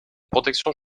protection